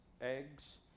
eggs